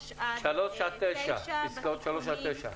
זה בשלושה תיקונים.